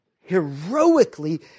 heroically